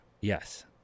Yes